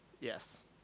Yes